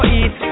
eat